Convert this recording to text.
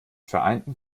vereinten